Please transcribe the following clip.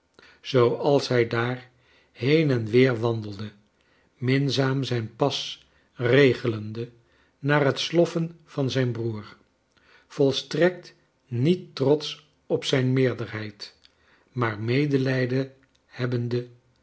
zooals hij daar heen en weer wandelde minzaam zijn pas regelende naar het sloffen van zijn broer volstrekt niet trotsch op zijn meerderheid maar medelijden hebbende